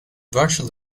virtual